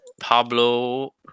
Pablo